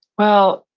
well,